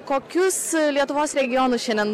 kokius lietuvos regionus šiandien